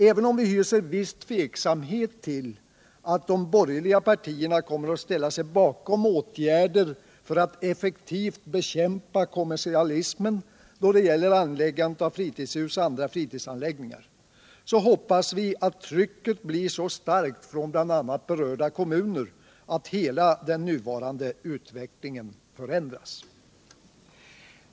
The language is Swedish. Även om vi hyser ett visst tvivel om att de borgerliga partierna kommer att ställa sig bakom åtgärder för att effektivt bekämpa kommersialismen då det gäller anläggandet av fritidshus och andra fritidsanläggningar, hoppas vi att trycket blir så starkt från bl.a. berörda kommuner att hela den nuvarande utvecklingen förändras.